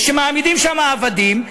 ושמעמידים שם עבדים,